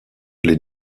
les